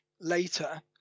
later